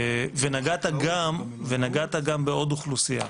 ונגעת גם בעוד אוכלוסייה,